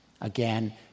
Again